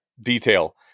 detail